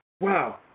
Wow